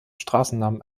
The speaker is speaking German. straßennamen